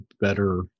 better